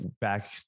back